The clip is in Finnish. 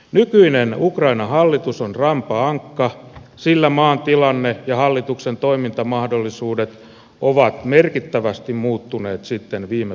nykyinen ukrainan hallitus on rampa ankka sillä maan tilanne ja hallituksen toimintamahdollisuudet ovat merkittävästi muuttuneet sitten viime vaa lien